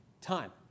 time